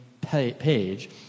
page